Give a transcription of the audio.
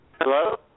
Hello